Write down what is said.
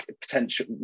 potential